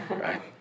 right